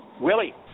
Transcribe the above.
Willie